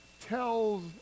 tells